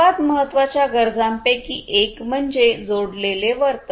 सर्वात महत्वाच्या गरजांपैकी एक म्हणजे जोडलेले वर्तन